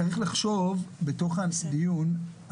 צריך לחשוב בתוך הדיון,